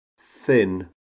thin